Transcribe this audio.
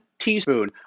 teaspoon